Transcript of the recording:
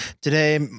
Today